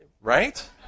right